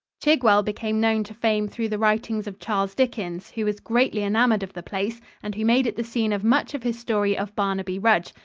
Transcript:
chigwell became known to fame through the writings of charles dickens, who was greatly enamored of the place and who made it the scene of much of his story of barnaby rudge.